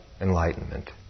enlightenment